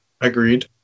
Agreed